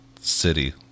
city